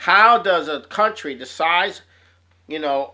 how does a country decides you know